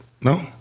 No